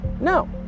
no